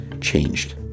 changed